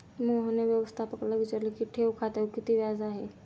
मोहनने व्यवस्थापकाला विचारले की ठेव खात्यावर किती व्याज आहे?